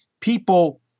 people